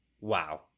wow